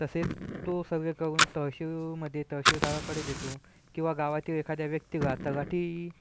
तसेच तो सर्वे करून तहसीलमध्ये तहसीलदाराकडे देतो किंवा गावातील व्यक्तीला तलाठी